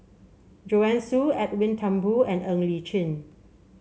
Joanne Soo Edwin Thumboo and Ng Li Chin